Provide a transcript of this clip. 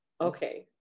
Okay